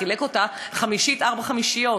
חילק אותה חמישית ארבע-חמישיות.